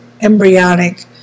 embryonic